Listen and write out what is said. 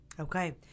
Okay